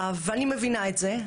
ואני מבינה את זה.